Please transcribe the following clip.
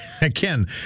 again